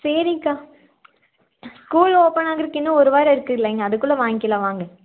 சரிக்கா school open ஆகுறக்கு இன்னும் ஒரு வாரம் இருக்குது இல்லைங்க அதுக்குள்ளே வாங்கிக்கலாம் வாங்க